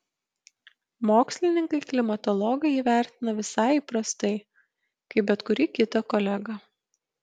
mokslininkai klimatologai jį vertina visai įprastai kaip bet kurį kitą kolegą